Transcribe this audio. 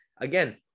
again